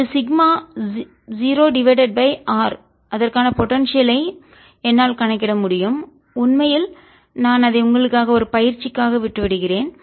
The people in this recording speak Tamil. இது சிக்மா 0 டிவைடட் பை r அதற்கான போடன்சியல் ஐ ம் என்னால் கணக்கிட முடியும் உண்மையில் நான் அதை உங்களுக்காக ஒரு பயிற்சியாக விட்டுவிடுகிறேன்